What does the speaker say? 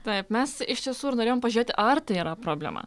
taip mes iš tiesų ir norėjom pažiūrėti ar tai yra problema